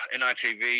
NITV